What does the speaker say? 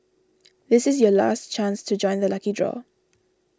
this is your last chance to join the lucky draw